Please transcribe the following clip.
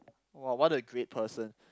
!wah! what a great person